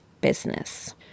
business